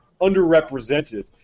underrepresented